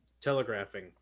telegraphing